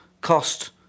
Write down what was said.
cost